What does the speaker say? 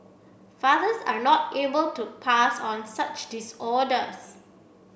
fathers are not able to pass on such disorders